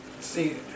see